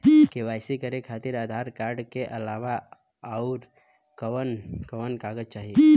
KYC करे खातिर Aadhaar card के अलावा आउरकवन कवन कागज चाहीं?